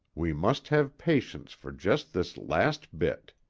we must have patience for just this last bit.